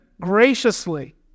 graciously